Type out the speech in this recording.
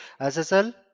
ssl